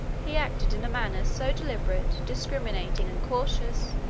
he acted in a manner so deliberate, discriminating, and cautious,